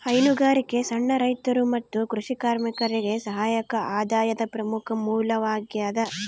ಹೈನುಗಾರಿಕೆ ಸಣ್ಣ ರೈತರು ಮತ್ತು ಕೃಷಿ ಕಾರ್ಮಿಕರಿಗೆ ಸಹಾಯಕ ಆದಾಯದ ಪ್ರಮುಖ ಮೂಲವಾಗ್ಯದ